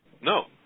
No